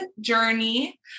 journey